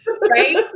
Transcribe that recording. right